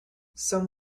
some